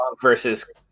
versus